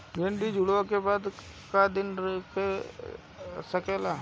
भिन्डी तुड़ायी के बाद क दिन रही सकेला?